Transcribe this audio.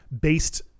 based